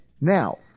Now